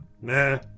Nah